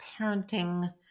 parenting